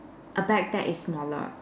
a bag that is smaller